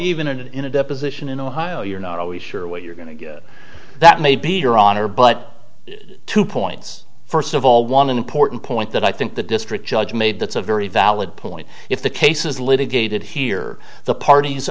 and in a deposition in ohio you're not always sure what you're going to get that may be your honor but two points first of all one important point that i think the district judge made that's a very valid point if the case is litigated here the parties